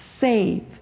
Save